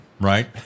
right